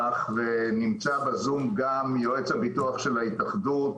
ונמצא בזום גם יואץ הביטוח של ההתאחדות,